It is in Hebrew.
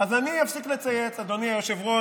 אז אני אפסיק לצייץ, אדוני היושב-ראש.